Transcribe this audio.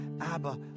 Abba